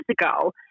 ago